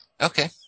Okay